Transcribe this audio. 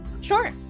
sure